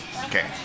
Okay